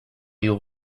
your